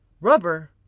Rubber